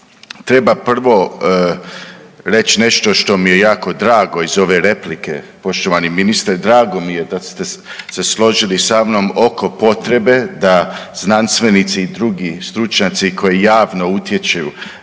treba prvo reći nešto što mi je jako drago iz ove replike, poštovani ministre drago mi je da ste se složili sa mnom oko potrebe da znanstvenici i drugi stručnjaci koji javno utječu